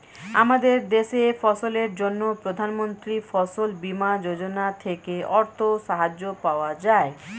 আমাদের দেশে ফসলের জন্য প্রধানমন্ত্রী ফসল বীমা যোজনা থেকে অর্থ সাহায্য পাওয়া যায়